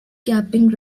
capping